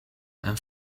and